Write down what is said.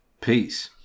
Peace